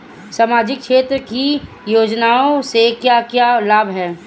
सामाजिक क्षेत्र की योजनाएं से क्या क्या लाभ है?